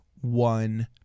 one